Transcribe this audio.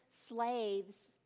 slaves